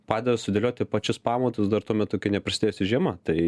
padeda sudėlioti pačius pamatus dar tuo metu kai neprasidėjusi žiema tai